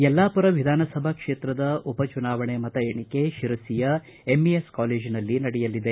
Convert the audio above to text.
ಯಲ್ಲಾಪುರ ವಿಧಾನ ಸಭಾ ಕ್ಷೇತ್ರದ ಉಪಚುನಾವಣೆ ಮತ ಎಣಿಕೆ ಶಿರಸಿಯ ಎಂಇಎಸ್ ಕಾಲೇಜಿನಲ್ಲಿ ನಡೆಯಲಿದೆ